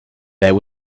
there